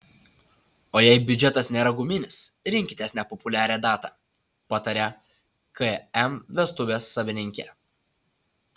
o jei biudžetas nėra guminis rinkitės nepopuliarią datą pataria km vestuvės savininkė